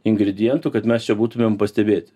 ingredientų kad mes čia būtumėm pastebėti